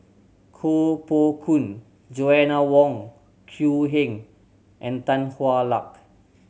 Koh Poh Koon Joanna Wong Quee Heng and Tan Hwa Luck